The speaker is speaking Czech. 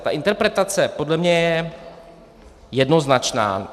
Ta interpretace podle mě je jednoznačná.